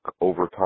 overtime